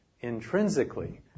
intrinsically